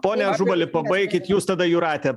pone ažubali pabaikit jūs tada jūratė